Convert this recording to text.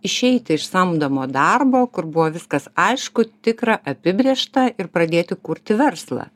išeiti iš samdomo darbo kur buvo viskas aišku tikra apibrėžta ir pradėti kurti verslą